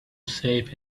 safe